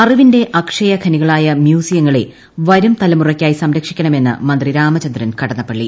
അറിവിന്റെ അക്ഷയ ഖനികളായ മ്യൂസിയങ്ങളെ വരും തലമുറയ്ക്കായി സംരക്ഷിക്കണമെന്ന് മന്ത്രി രാമചന്ദ്രൻ കടന്നപ്പള്ളി